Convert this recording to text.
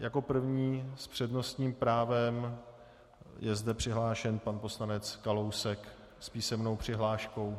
Jako první s přednostním právem je zde přihlášen pan poslanec Kalousek s písemnou přihláškou.